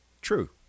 true